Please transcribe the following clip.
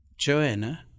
Joanna